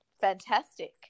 fantastic